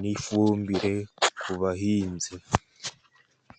n'ifumbire ku bahinzi.